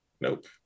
nope